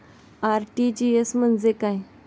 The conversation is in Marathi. आर.टी.जी.एस म्हणजे काय?